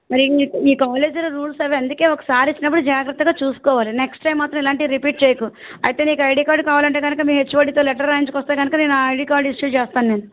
మరి ఈ కాలేజ్లో రూల్స్ అవి అందుకే ఒకసారి ఇచ్చినపుడు జాగ్రత్తగా చూసుకోవాలి నెక్స్ట్ టైం మాత్రం ఇలాంటివి రిపీట్ చేయకు అయితే నీకు ఐడీ కార్డు కావాలంటే కనుక మీ హెచ్ఓడితో లెటర్ రాయించుకొస్తే కానుక నేను ఆ ఐడీ కార్డు ఇష్యూ చేస్తాను నేను